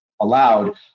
allowed